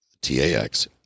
T-A-X